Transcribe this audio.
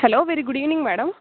hello very good evening madam